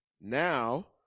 now